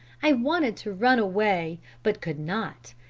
i wanted to run away, but could not,